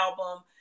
album